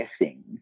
guessing